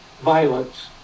violence